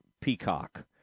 peacock